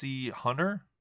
hunter